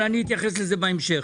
אבל אני אתייחס לזה בהמשך.